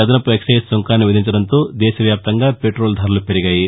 అదనపు ఎక్పెజ్ సుంకాన్ని విధించడంతో దేశవ్యాప్తంగా పెట్రోల్ ధరలు పెరిగాయి